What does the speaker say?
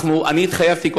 אני התחייבתי,